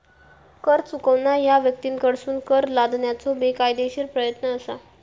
कर चुकवणा ह्या व्यक्तींकडसून कर लादण्याचो बेकायदेशीर प्रयत्न असा